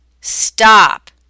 stop